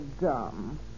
dumb